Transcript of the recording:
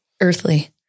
earthly